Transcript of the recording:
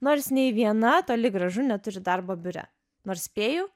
nors nei viena toli gražu neturi darbo biure nors spėju